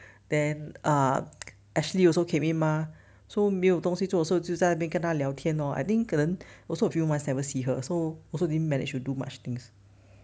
then err ashley also came in mah so 没有东西做 so 就在那边跟他聊天 lor I think 可能 also a few months never see her so also didn't manage to do much things